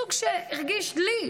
מסוג שהרגיש לי,